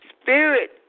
spirit